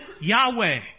Yahweh